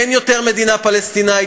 אין יותר מדינה פלסטינית.